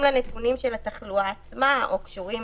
לנתונים של התחלואה עצמה או קשורים